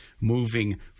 Moving